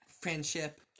Friendship